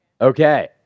Okay